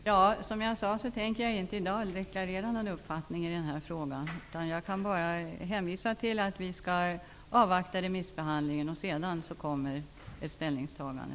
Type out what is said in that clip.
Fru talman! Jag tänker inte deklarera någon uppfattning i den här frågan i dag. Jag kan bara hänvisa till att vi avvaktar remissbehandlingen. Sedan kommer ett ställningstagande.